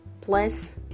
Plus